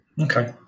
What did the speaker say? Okay